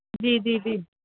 جی جی جی